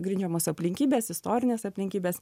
grindžiamos aplinkybės istorinės aplinkybės